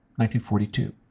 1942